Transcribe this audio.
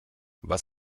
was